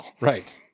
Right